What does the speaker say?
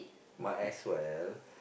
might as well